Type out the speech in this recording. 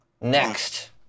Next